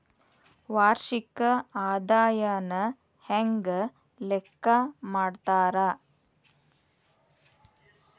ವಾರ್ಷಿಕ ಆದಾಯನ ಹೆಂಗ ಲೆಕ್ಕಾ ಮಾಡ್ತಾರಾ?